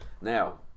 Now